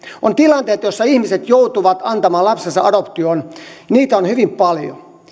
on tilanteita joissa ihmiset joutuvat antamaan lapsensa adoptioon niitä on hyvin paljon nytten